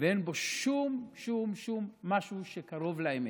ואין בו שום שום שום שום משהו שקרוב לאמת.